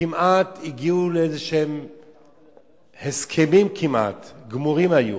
וכמעט הגיעו לאיזשהם הסכמים, הם היו כמעט גמורים.